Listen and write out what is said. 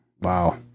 Wow